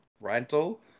rental